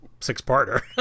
six-parter